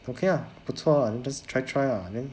okay ah 不错 ah and just try try ah then